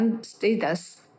status